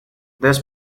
this